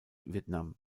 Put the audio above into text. vietnam